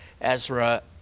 Ezra